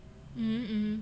mm